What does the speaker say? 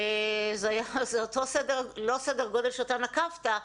זה לא אותו סדר גודל שאתה נקבת,